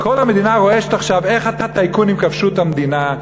כל המדינה רועשת עכשיו איך הטייקונים כבשו את המדינה,